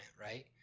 right